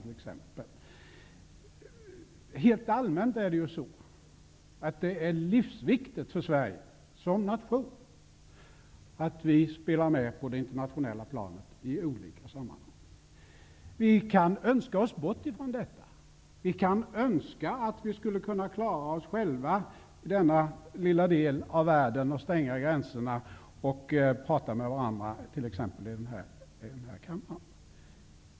För Sverige som nation är det livsviktigt att vi spelar med på det internationella planet i olika sammanhang. Vi kan önska oss bort från detta. Vi kan önska att vi i denna lilla del av världen skulle klara oss själva genom att stänga gränserna och prata med varandra exempelvis här i plenisalen.